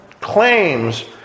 claims